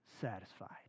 satisfied